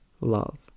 love